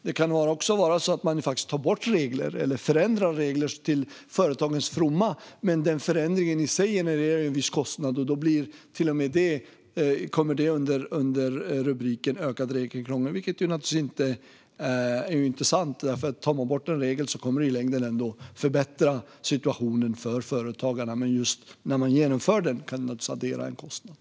Det kan också vara så att man har tagit bort regler eller förändrat regler till företagens fromma. Förändringen i sig genererar kanske en viss kostnad, vilket också hamnar under rubriken Ökat regelkrångel. Det är dock inte sant, för tar man bort en regel kommer det i längden ändå att förbättra situationen för företagarna. Men just när man genomför den kan det naturligtvis addera en kostnad.